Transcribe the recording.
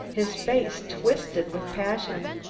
his face twisted with passion.